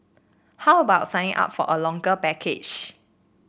how about signing up for a longer package